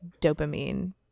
dopamine